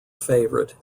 favorite